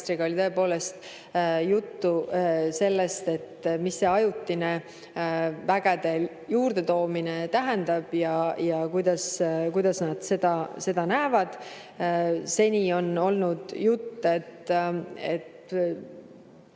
oli tõepoolest juttu sellest, mis see ajutine vägede juurdetoomine tähendab ja kuidas nad seda näevad. Seni on olnud jutt, et